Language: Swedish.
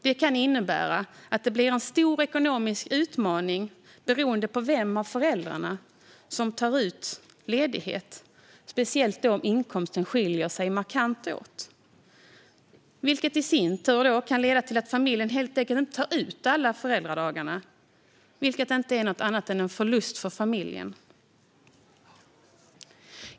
Det kan innebära att det blir en stor ekonomisk utmaning beroende på vem av föräldrarna som tar ut ledighet, speciellt om inkomsterna skiljer sig markant åt. Det kan i sin tur leda till att den familjen helt enkelt inte kan ta ut alla föräldradagar, vilket inte är något annat än en förlust för familjen.